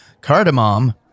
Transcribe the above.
cardamom